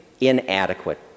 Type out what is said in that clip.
inadequate